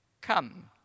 come